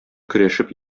көрәшеп